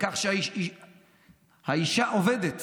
האישה עובדת